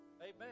Amen